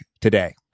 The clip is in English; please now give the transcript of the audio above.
today